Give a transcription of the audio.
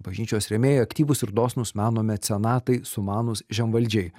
bažnyčios rėmėjai aktyvūs ir dosnūs meno mecenatai sumanūs žemvaldžiai